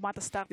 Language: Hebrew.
"אומת הסטרטאפ".